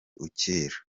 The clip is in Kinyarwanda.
ukira